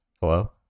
Hello